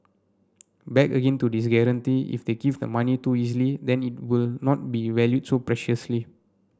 back again to this guarantee if they give the money too easily then it will not be valued so preciously